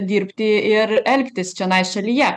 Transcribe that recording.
dirbti ir elgtis čionais šalyje